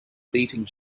beating